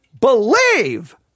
believe